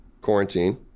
quarantine